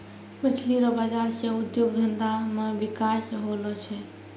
मछली रो बाजार से उद्योग धंधा मे बिकास होलो छै